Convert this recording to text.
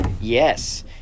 Yes